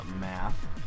math